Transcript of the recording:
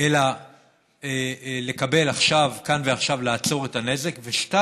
אלא כאן ועכשיו לעצור את הנזק, וב.